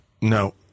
No